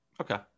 Okay